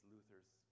Luther's